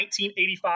1985